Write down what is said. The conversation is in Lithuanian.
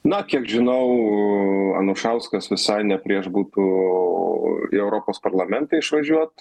na kiek žinau anušauskas visai ne prieš būtų į europos parlamentą išvažiuot